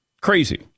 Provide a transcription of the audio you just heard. Crazy